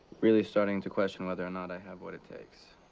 really starting to question whether or not i have what it takes.